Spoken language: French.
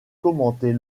commenter